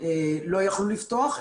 לא יכלו לפתוח.